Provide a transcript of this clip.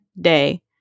day